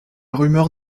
rumeur